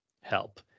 help